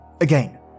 Again